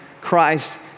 Christ